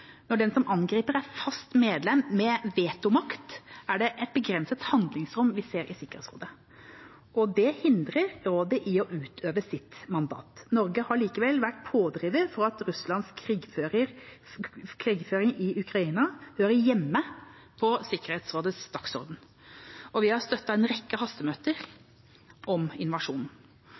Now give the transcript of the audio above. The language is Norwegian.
Når den som angriper er et fast medlem med vetomakt, er det et begrenset handlingsrom i Sikkerhetsrådet, og det hindrer rådet i utøve sitt mandat. Norge har likevel vært en pådriver for at Russlands krigføring i Ukraina hører hjemme på Sikkerhetsrådets dagsorden. Vi har støttet en rekke hastemøter om